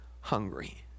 hungry